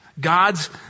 God's